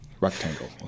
rectangle